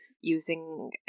using